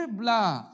blah